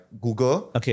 Google